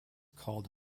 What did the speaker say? called